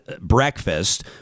breakfast